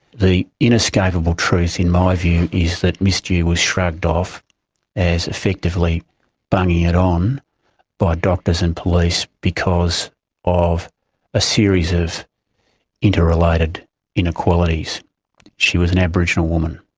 the inescapable truth in my view is that ms dhu was shrugged off as effectively bunging it on by doctors and police because of a series of interrelated inequalities she was an aboriginal woman,